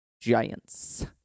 Giants